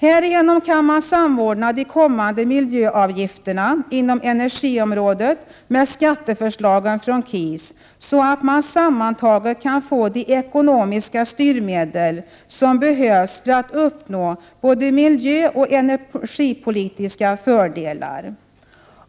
Härigenom kan man samordna de kommande miljöavgifterna inom energiområdet med skatteförslagen från KIS, så att man sammantaget kan få de ekonomiska styrmedel som behövs för att uppnå både miljöoch energipolitiska fördelar.